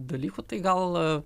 dalykų tai gal